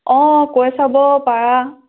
অঁ কৈ চাব পাৰা